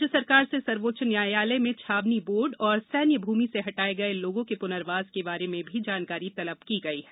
राज्य सरकार से सर्वोच्च न्यायालय में छावनी बोर्ड और सैन्य भूमि से हटाए गए लोगों के पुनर्वास के बारे में भी जानकारी तलब की गई है